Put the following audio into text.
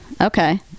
Okay